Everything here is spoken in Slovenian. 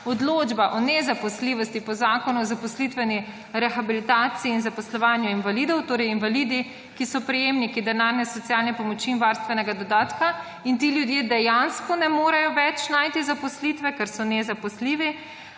odločba o nezaposljivosti po Zakonu o zaposlitveni rehabilitaciji in zaposlovanju invalidov, torej invalidi, ki so prejemniki denarne socialne pomoči in varstvenega dodatka, in ti ljudje dejansko ne morejo več najti zaposlitve, ker so nezaposljivi,